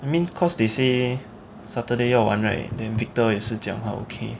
I mean because they say saturday 要玩 right then victor 也是讲他 okay